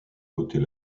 côtés